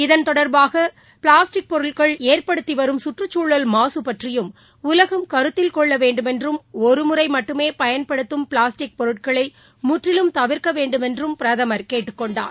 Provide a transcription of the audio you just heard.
இதன் தொடர்பாக பிளாஸ் பொருட்கள் ஏற்படுத்தி வரும் சுற்றுச்சூழல் மாசு பற்றியும் உலகம் கருத்தில் கொள்ள வேண்டுமென்றும் ஒருமுறை மட்டுமே பயன்படுத்தும் பிளாஸ்டிக் பொருட்களை முற்றிலும் தவிர்க்க வேண்டுமென்றும் பிரதமர் கேட்டுக் கொண்டார்